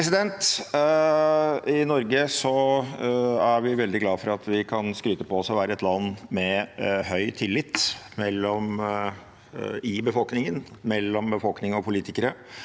I Norge er vi veldig glad for at vi kan skryte på oss å være et land med høy tillit i befolkningen, mellom befolkningen og politikere